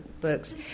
books